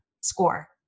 score